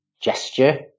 gesture